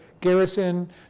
garrison